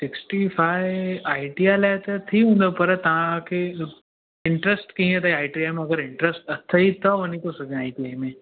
sixty five ITI लाइ त थी वेंदो पर तव्हांखे इंट्रस्ट कीअं तईं आईटीआई में अगरि इंट्रस्ट अथई त वञी घुसजाइ आईटीआई में